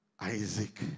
Isaac